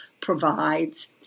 provides